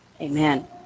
amen